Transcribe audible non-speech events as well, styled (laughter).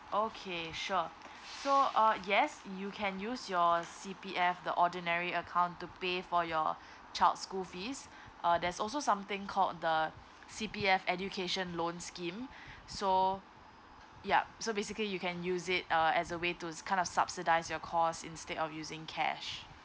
okay sure so uh yes you can use your C_P_F the ordinary account to pay for your child school fees uh there's also something called the C_P_F education loan scheme (breath) so yup so basically you can use it uh as a way to kind of subsidize your course instead of using cash